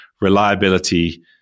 reliability